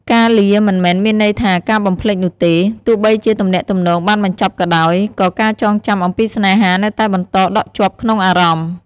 ការលាមិនមែនមានន័យថាការបំភ្លេចនោះទេ ទោះបីជាទំនាក់ទំនងបានបញ្ចប់ក៏ដោយ ក៏ការចងចាំអំពីស្នេហានៅតែបន្តដក់ជាប់ក្នុងអារម្មណ៍។